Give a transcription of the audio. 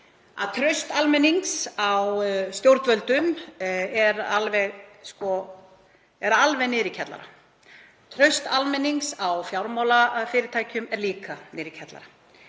traust almennings á stjórnvöldum er alveg niðri í kjallara. Traust almennings á fjármálafyrirtækjum er líka niðri í kjallara.